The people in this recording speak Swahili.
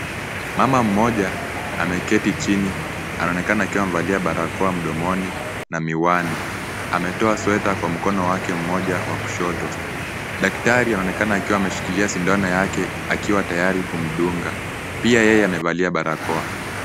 Mama mmoja ameketi chini. Anaonekana kuwa amevalia barakoa mdomoni na miwani. Ametoa sweta kwa mkono wake mmoja wa kushoto. Daktari anaonekana akiwa ameshikilia sindano yake akiwa tayari kumdunga. Pia yeye amevalia barakoa.